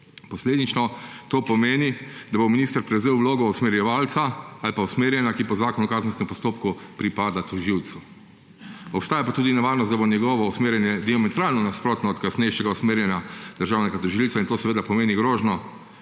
Posledično to pomeni, da bo minister prevzel vlogo usmerjevalca ali pa usmerjanja, ki po zakonu o kazenskem postopku pripada tožilcu. Obstaja pa tudi nevarnost, da bo njegovo usmerjanje diametralno nasprotno od kasnejšega usmerjanja državnega tožilca in to seveda pomeni grožnjo